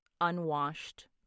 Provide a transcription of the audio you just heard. unwashed